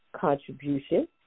contribution